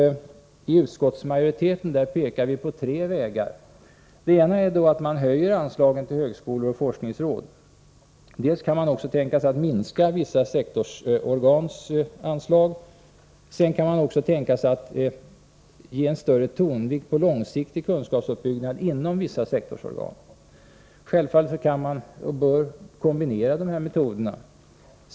Från utskottsmajoritetens sida pekar vi på tre vägar. Man kan höja anslagen till högskolor och forskningsråd. Man kan också tänka sig att minska vissa sektorsorgans anslag. Sedan kan man tänka sig att lägga en större tonvikt på långsiktigt kunskapsuppbyggande inom vissa sektorsorgan. Självfallet kan man och bör man kombinera de här metoderna.